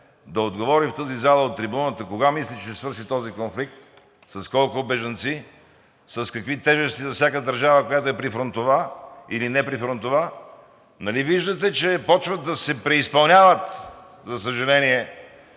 да отговори в тази зала от трибуната кога мисли, че ще свърши този конфликт, с колко бежанци, с какви тежести за всяка държава, която е прифронтова или неприфронтова – нали виждате, че почват да се преизпълняват, за съжаление,